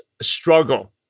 struggle